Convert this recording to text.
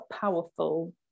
powerful